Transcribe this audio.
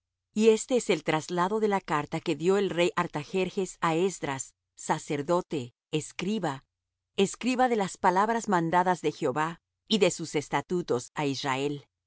y este es el traslado de la carta que dió el rey artajerjes á esdras sacerdote escriba escriba de las palabras mandadas de jehová y de sus estatutos á israel